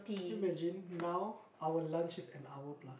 can you imagine now our lunch is an hour plus